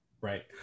Right